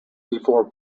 before